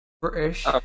British